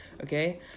Okay